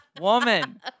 woman